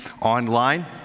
online